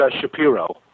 Shapiro